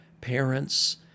parents